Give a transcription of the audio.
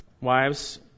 wives